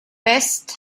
best